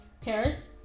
paris